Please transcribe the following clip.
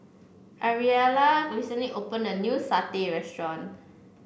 Ariella recently opened a new Satay restaurant